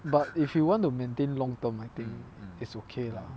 but if you want to maintain long term I think it's okay lah